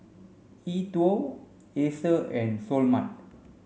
E TWOW Acer and Seoul Mart